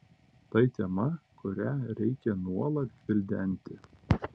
tai tema kurią reikia nuolat gvildenti